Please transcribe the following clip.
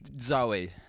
Zoe